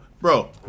Bro